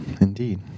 indeed